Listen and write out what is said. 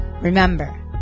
Remember